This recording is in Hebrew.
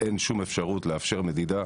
ואין שום אפשרות לאפשר מדידה